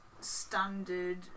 standard